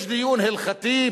יש דיון הלכתי,